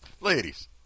Ladies